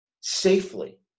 safely